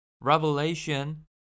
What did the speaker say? Revelation